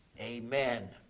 amen